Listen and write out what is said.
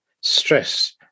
stress